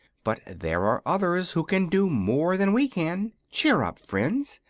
but there are others who can do more than we can. cheer up, friends.